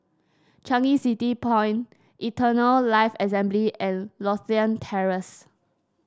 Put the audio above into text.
Changi City Point Eternal Life Assembly and Lothian Terrace